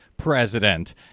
president